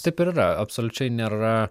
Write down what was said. taip ir yra absoliučiai nėra